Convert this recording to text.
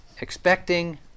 Expecting